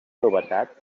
novetat